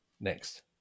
Next